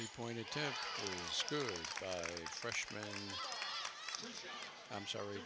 he pointed to a freshman i'm sorry